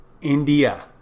India